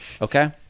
okay